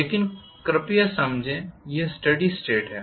लेकिन कृपया समझें यह स्टेडी स्टेट है